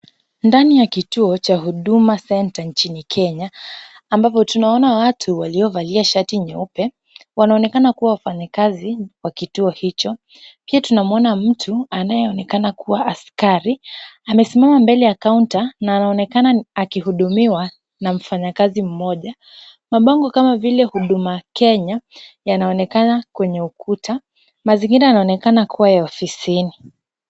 Ndani ya kituo cha huduma senta nchini Kenya ambapo tunaona watu waliovalia shati nyeupe. Wanaonekana kuwa wafanyikazi wa kituo hicho. Tuamuona mtu anayeonekana kuwa askari amesimama mbele ya kaunta na anaonekana akihudumiwa na mfanyakazi mmoja. Mabango kama vile huduma keny yanaonekana kwenye ukuta. Mazingira yanaonekana kuwa ya ofisini.